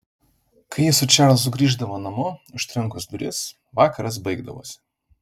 kai ji su čarlzu grįždavo namo užtrenkus duris vakaras baigdavosi